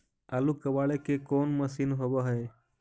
आलू कबाड़े के कोन मशिन होब है?